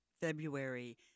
February